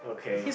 okay